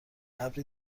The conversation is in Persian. ابری